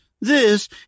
This